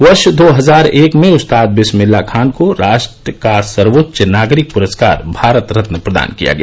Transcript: वर्ष दो हजार एक में उस्ताद बिस्मिल्लाह खान को राष्ट्र की सर्वोच्च नागरिक पुरस्कार भारत रत्न प्रदान किया गया